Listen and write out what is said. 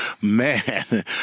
Man